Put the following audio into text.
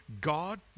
God